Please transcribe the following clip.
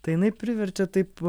tai jinai priverčia taip